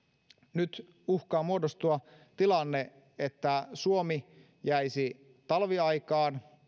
nyt uhkaa muodostua tilanne että suomi jäisi talviaikaan